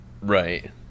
Right